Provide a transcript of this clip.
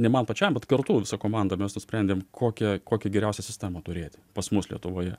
ne man pačiam bet kartu visa komanda mes nusprendėm kokią kokį geriausią sistemą turėti pas mus lietuvoje